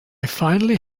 finally